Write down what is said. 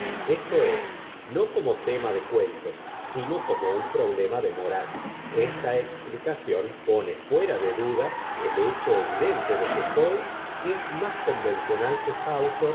esto es no como tema de cuentos sino como un problema de moral esta explicación pone fuera de duda el hecho evidente de que poe es más convencional que